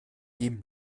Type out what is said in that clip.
dem